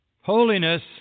Holiness